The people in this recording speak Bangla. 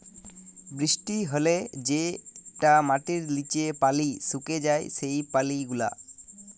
বৃষ্টি হ্যলে যেটা মাটির লিচে পালি সুকে যায় সেই পালি গুলা